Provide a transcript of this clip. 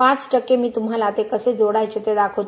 5 टक्के मी तुम्हाला ते कसे जोडायचे ते दाखवतो